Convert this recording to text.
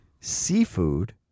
Seafood